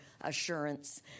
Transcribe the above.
assurance